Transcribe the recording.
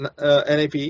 NAP